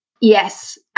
Yes